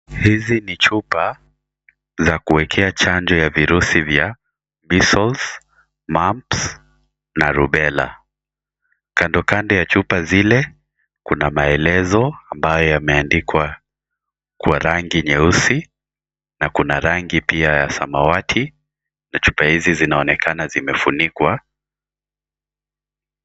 Hizi ni chupa za kuwekea chanjo ya virusi vya Measles, Mumps, na Rubella. Kando kando ya chupa zile, kuna maelezo ambaye yameandikwa kwa rangi nyeusi, na kuna rangi pia ya samawati na chupa hizi zinonekana zimefunikuwa.